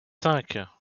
cinq